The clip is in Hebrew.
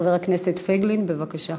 חבר הכנסת פייגלין, בבקשה.